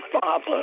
Father